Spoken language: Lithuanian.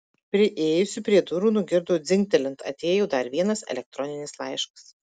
priėjusi prie durų nugirdo dzingtelint atėjo dar vienas elektroninis laiškas